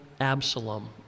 Absalom